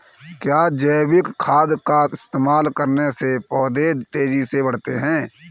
क्या जैविक खाद का इस्तेमाल करने से पौधे तेजी से बढ़ते हैं?